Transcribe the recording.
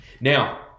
Now